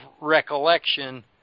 recollection